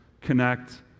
Connect